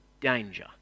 danger